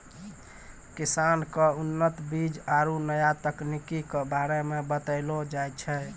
किसान क उन्नत बीज आरु नया तकनीक कॅ बारे मे बतैलो जाय छै